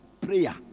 prayer